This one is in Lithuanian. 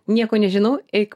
nieko nežinau eik